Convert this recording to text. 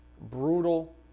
brutal